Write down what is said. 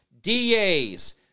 DAs